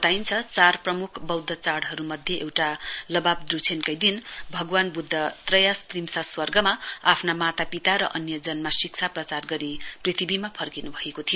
बताइन्छ चार प्रमुख बौद्ध चाइहरूमध्ये एउटा लबाब पुछेनकै दिन भगवान बुध्द त्रयासत्रिमसा स्वर्गमा आफ्ना मातापिता र अन्यजनमा शिक्षा प्रचार गरी पृथ्वीमा फर्किनु भएको थियो